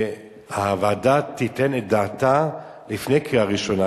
שהוועדה תיתן את דעתה לפני קריאה ראשונה,